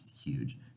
huge